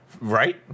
Right